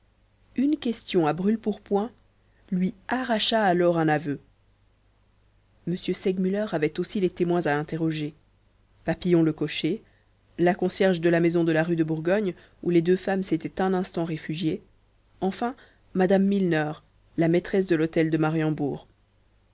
une question à brûle-pourpoint lui arracha alors un aveu m segmuller avait aussi les témoins à interroger papillon le cocher la concierge de la maison de la rue de bourgogne où les deux femmes s'étaient un instant réfugiées enfin mme milner la maîtresse de l'hôtel de mariembourg